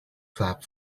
flap